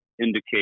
indicate